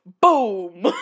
Boom